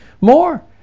more